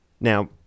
Now